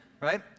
right